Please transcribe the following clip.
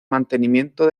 mantenimiento